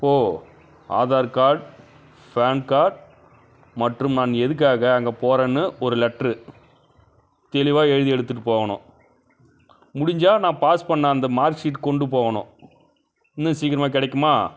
ஓ Aadhaar card PAN card மற்றும் நான் எதுக்காக அங்கக போகிறேன்னு ஒரு லெட்ரு தெளிவாக எழுதி எடுத்துகிட்டுப் போகணும் முடிஞ்சால் நான் பாஸ் பண்ண அந்த மார்க் ஷீட் கொண்டு போகணும் இன்னும் சீக்கிரமாக கிடைக்குமா